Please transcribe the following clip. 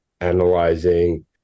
analyzing